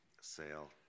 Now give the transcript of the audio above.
Sale